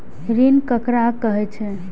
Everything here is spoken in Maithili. ऋण ककरा कहे छै?